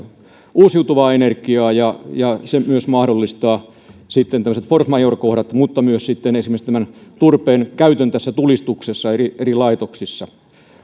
uusiutuvaa energiaa ja ja se myös mahdollistaa sitten tämmöiset force majeure kohdat mutta myös sitten esimerkiksi tämän turpeen käytön tulistuksessa eri eri laitoksissa